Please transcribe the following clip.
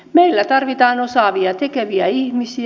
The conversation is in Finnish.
meillä tarvitaan osaavia ja tekeviä ihmisiä